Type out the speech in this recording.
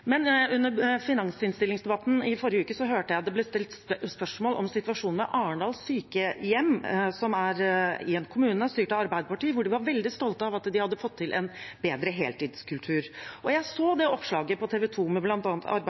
Men under finansinnstillingsdebatten i forrige uke hørte jeg det ble stilt spørsmål om situasjonen ved Arendal sykehjem, som er i en kommune styrt av Arbeiderpartiet, hvor de var veldig stolte av at de hadde fått til en bedre heltidskultur. Og jeg så det oppslaget på